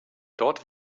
dort